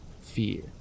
fear